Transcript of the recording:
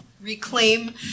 reclaim